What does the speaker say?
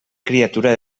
criatura